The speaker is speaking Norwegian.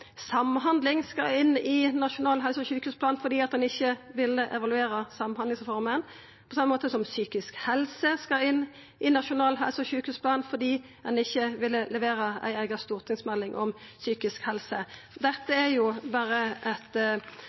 samhandling skal inn i Nasjonal helse- og sjukehusplan fordi ein ikkje vil evaluera samhandlingsreforma, på same måten som psykisk helse skal inn i Nasjonal helse- og sjukehusplan fordi ein ikkje ville levera ei eiga stortingsmelding om psykisk helse. Dette er jo berre